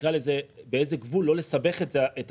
נקרא לזה, באיזה גבול לא לסבך את התיק.